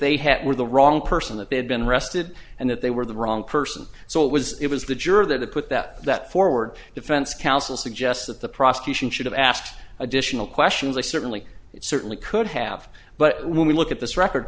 they had the wrong person that they had been arrested and that they were the wrong person so it was it was the juror that put that that forward defense counsel suggests that the prosecution should have asked additional questions they certainly certainly could have but when we look at this record